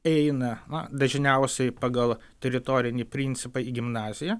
eina na dažniausiai pagal teritorinį principą į gimnaziją